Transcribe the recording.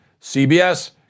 CBS